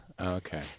Okay